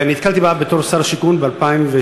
אני נתקלתי בה בתור שר השיכון ב-2006,